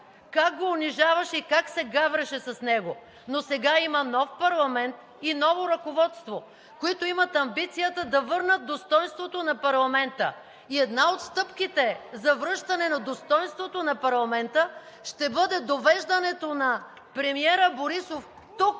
как го унижаваше и как се гавреше с него! Но сега има нов парламент и ново ръководство, които имат амбицията да върнат достойнството на парламента и една от стъпките на връщане на достойнството на парламента ще бъде довеждането на премиера Борисов тук,